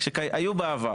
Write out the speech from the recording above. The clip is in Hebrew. היו בעבר.